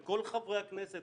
את כל חברי הכנסת